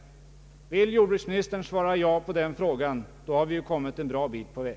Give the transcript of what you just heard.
Vill jordbruksministern svara ja på denna fråga har vi kommit en bit på väg.